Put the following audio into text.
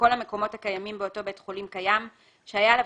המקומות הקיימים באותו בית חולים קיים שהיה עליו